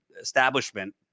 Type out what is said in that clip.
establishment